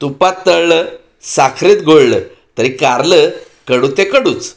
तुपात तळलं साखरेत घोळलं तरी कारलं कडू ते कडूच